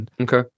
Okay